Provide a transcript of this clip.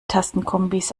tastenkombis